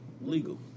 legal